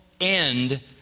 end